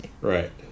right